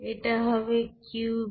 এটা হবে Qvn